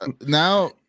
now